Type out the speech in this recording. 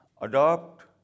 adopt